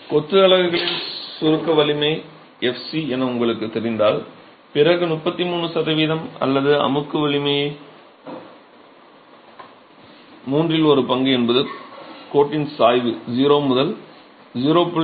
கொத்து அலகுகளின் சுருக்க வலிமை fc என உங்களுக்குத் தெரிந்தால் பிறகு 33 சதவீதம் அல்லது அமுக்கு வலிமையில் மூன்றில் ஒரு பங்கு என்பது கோட்டின் சாய்வை 0 முதல் 0